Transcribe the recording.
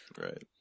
Right